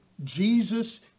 Jesus